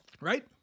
right